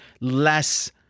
less